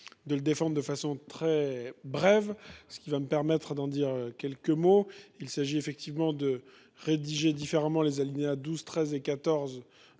de défendre de façon très brève, ce qui me permettra d’en dire quelques mots. Nous souhaitons rédiger différemment les alinéas 12, 13 et 14